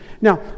Now